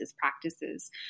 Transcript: practices